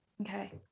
Okay